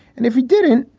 and if he didn't,